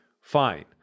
Fine